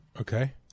Okay